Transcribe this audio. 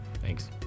Thanks